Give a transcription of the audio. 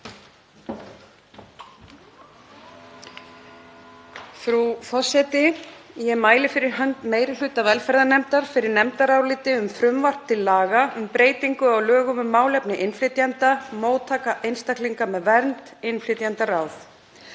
Frú forseti. Ég mæli fyrir hönd meiri hluta velferðarnefndar fyrir nefndaráliti um frumvarp til laga um breytingu á lögum um málefni innflytjenda (móttaka einstaklinga með vernd, innflytjendaráð).